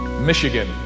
Michigan